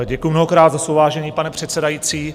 Děkuju mnohokrát za slovo, vážený pane předsedající.